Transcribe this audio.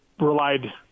relied